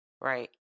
right